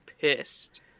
pissed